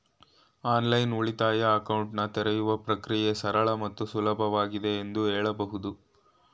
online ಉಳಿತಾಯ ಅಕೌಂಟನ್ನ ತೆರೆಯುವ ಪ್ರಕ್ರಿಯೆ ಸರಳ ಮತ್ತು ಸುಲಭವಾಗಿದೆ ಎಂದು ಹೇಳಬಹುದು